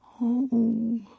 Oh